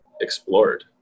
explored